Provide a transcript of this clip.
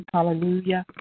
Hallelujah